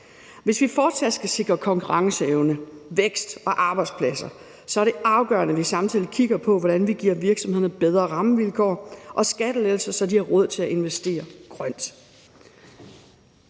Hvis vi fortsat skal sikre konkurrenceevne, vækst og arbejdspladser, er det afgørende, at vi samtidig kigger på, hvordan vi giver virksomhederne bedre rammevilkår og skattelettelser, så de har råd til at investere grønt.